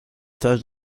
stages